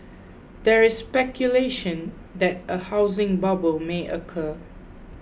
there is speculation that a housing bubble may occur